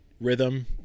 rhythm